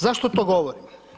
Zašto to govorim?